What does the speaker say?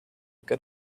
good